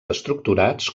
estructurats